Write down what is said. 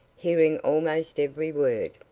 hearing almost every word,